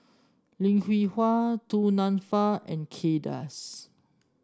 Lim Hwee Hua Du Nanfa and Kay Das